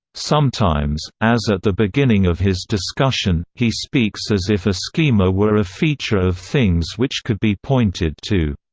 sometimes, as at the beginning of his discussion, he speaks as if a schema were a feature of things which could be pointed to.